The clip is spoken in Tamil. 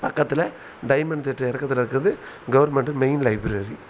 பக்கத்தில் டைமெண்ட் தேட்டர் இறக்கத்தில் இருக்குது கவர்மெண்ட்டு மெயின் லைப்ரரி